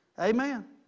Amen